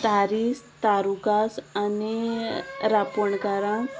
तारीस तारुकास आनी रापणकारां